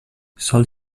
sol